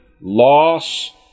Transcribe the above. loss